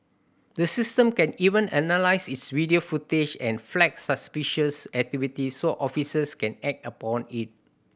the system can even analyse its video footage and flag suspicious activity so officers can act upon it